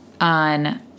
on